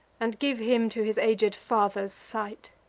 and give him to his aged father's sight.